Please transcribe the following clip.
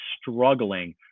struggling